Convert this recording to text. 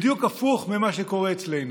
בדיוק הפוך ממה שקורה אצלנו.